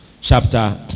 chapter